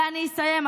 ואני אסיים,